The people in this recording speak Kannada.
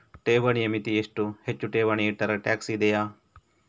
ಠೇವಣಿಯ ಮಿತಿ ಎಷ್ಟು, ಹೆಚ್ಚು ಠೇವಣಿ ಇಟ್ಟರೆ ಟ್ಯಾಕ್ಸ್ ಇದೆಯಾ?